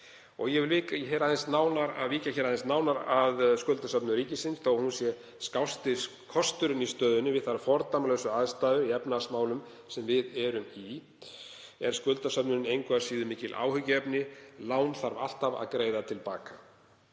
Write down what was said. Ég vil líka víkja aðeins nánar að skuldasöfnun ríkisins. Þó að hún sé skásti kosturinn í stöðunni við þær fordæmalausu aðstæður í efnahagsmálum sem við erum í er skuldasöfnunin engu að síður mikið áhyggjuefni. Lán þarf alltaf að greiða til baka.